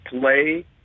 play